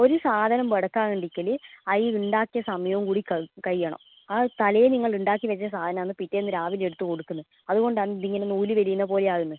ഒരു സാധനം ബെടുക്കാൻ വേണ്ടീക്കിൽ അതിനുണ്ടാക്കിയ സമയവും കൂടി കഴ് കഴിയണം ആ തലേന്ന് നിങ്ങളുണ്ടാക്കി വെച്ച സാധനമാണ് പിറ്റേന്ന് രാവിലെ എടുത്ത് കൊടുക്കുന്നത് അതുകൊണ്ടാണ് ഇതിങ്ങനെ നൂൽ വലിയുന്നത് പോലെ ആകുന്നത്